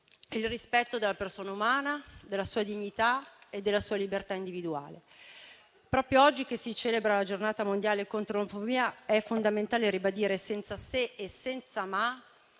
il rispetto della persona umana, della sua dignità e della sua libertà individuale. Proprio oggi che si celebra la Giornata mondiale contro l'omofobia, è fondamentale ribadire, senza se e senza ma,